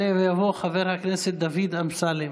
יעלה ויבוא חבר הכנסת דוד אמסלם.